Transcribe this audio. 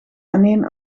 aaneen